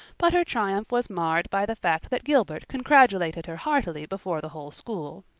but her triumph was marred by the fact that gilbert congratulated her heartily before the whole school.